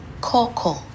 Coco